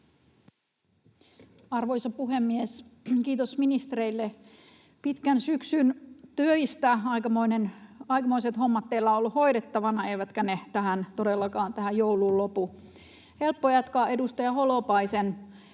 Arvoisa puhemies! Kiitos ministereille pitkän syksyn töistä. Aikamoiset hommat teillä ovat olleet hoidettavina, eivätkä ne tähän jouluun todellakaan lopu. On helppo jatkaa edustaja Holopaisen